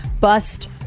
bust